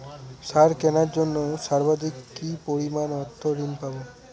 সার কেনার জন্য সর্বাধিক কি পরিমাণ অর্থ ঋণ পাব?